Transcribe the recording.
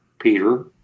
Peter